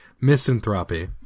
misanthropy